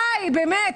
די, באמת.